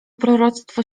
proroctwo